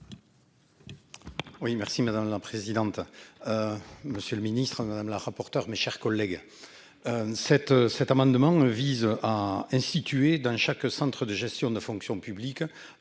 Oui merci madame la présidente. Monsieur le Ministre, madame la rapporteure, mes chers collègues. Cet cet amendement vise à instituer dans chaque centre de gestion de la fonction publique.